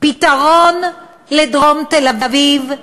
פתרון לדרום תל-אביב,